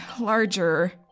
larger